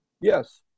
Yes